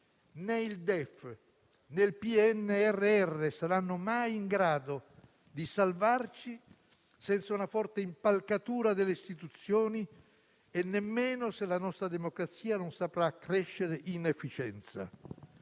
Né il DEF né il PNRR saranno mai in grado di salvarci senza una forte impalcatura delle istituzioni e nemmeno se la nostra democrazia non saprà crescere in efficienza.